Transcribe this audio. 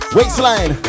Waistline